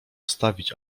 postawić